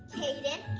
kaden.